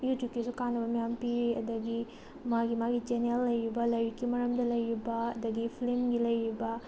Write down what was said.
ꯌꯨꯇ꯭ꯌꯨꯕꯀꯤꯁꯨ ꯀꯥꯟꯅꯕ ꯃꯌꯥꯝ ꯄꯤꯔꯤ ꯑꯗꯒꯤ ꯃꯥꯒꯤ ꯃꯥꯒꯤ ꯆꯦꯅꯦꯜ ꯂꯩꯔꯤꯕ ꯂꯥꯏꯔꯤꯛꯀꯤ ꯃꯔꯝꯗ ꯂꯩꯔꯤꯕ ꯑꯗꯒꯤ ꯐꯤꯂꯝꯒꯤ ꯂꯩꯔꯤꯕ